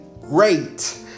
Great